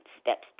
Steps